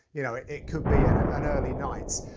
you know it it could be and an early night.